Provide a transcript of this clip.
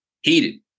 heated